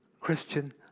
Christian